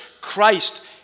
Christ